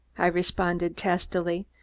i responded testily,